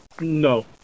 no